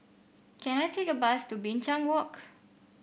can I take a bus to Binchang Walk